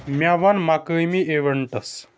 مےٚ ون مقٲمی اِونٹس